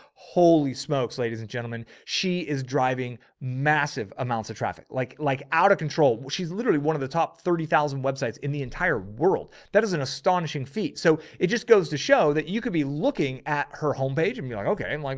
holy smokes, ladies and gentlemen, she is driving massive amounts of traffic, like, like out of control. she's literally one of the top thirty thousand websites in the entire world. that is an astonishing feat. so it just goes to show that you could be looking at her home page and be like, okay. and like,